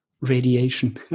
radiation